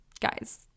guys